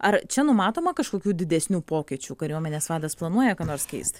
ar čia numatoma kažkokių didesnių pokyčių kariuomenės vadas planuoja ką nors keist